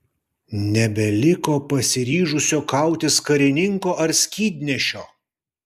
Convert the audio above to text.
nebeliko pasiryžusio kautis karininko ar skydnešio